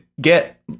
get